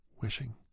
wishing